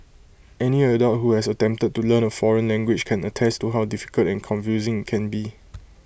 any adult who has attempted to learn A foreign language can attest to how difficult and confusing IT can be